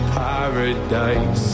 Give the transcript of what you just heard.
paradise